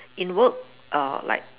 in work uh like